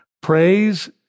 Praise